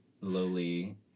lowly